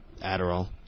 Adderall